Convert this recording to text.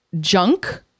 junk